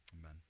Amen